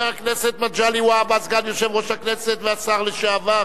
הכנסת מגלי והבה, סגן יושב-ראש הכנסת והשר לשעבר,